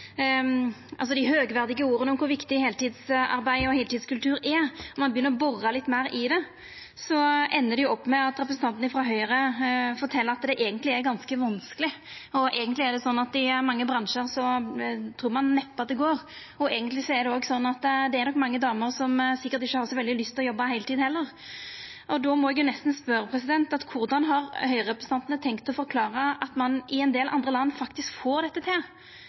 høgverdige orda om kor viktig heiltidsarbeid og heiltidskultur er, og når ein begynner å bora litt meir i det, ender det opp med at representanten frå Høgre fortel at det eigentleg er ganske vanskeleg – eigentleg er det slik at i mange bransjar trur ein neppe at det går, eigentleg er det òg slik at det nok sikkert ikkje er så mange damer som har så veldig lyst til å jobba heiltid heller. Då må eg nesten spørja korleis Høgre-representantane har tenkt å forklara at ein del andre land faktisk får dette til.